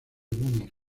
múnich